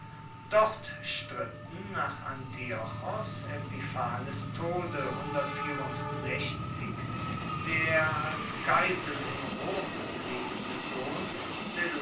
dort stritten nach antiochos epiphanes tode der als geisel in rom lebende sohn